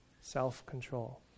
self-control